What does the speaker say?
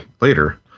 later